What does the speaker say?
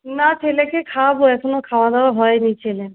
না ছেলেকে খাওয়াবো এখনো খাওয়া দাওয়া হয় নি ছেলের